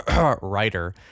writer